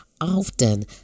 often